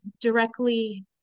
directly